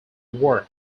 work